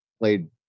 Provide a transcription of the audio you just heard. played